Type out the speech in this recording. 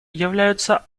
являются